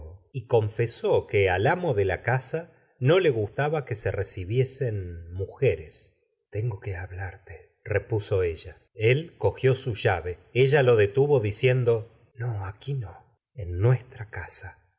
y confesó que al amo de la r asa no le g ustaba que se recibiesen rnuje es tengo que hablarte repuso ella el cogió su llave ella le detuvo diciendo n o aquí no en nuestra casa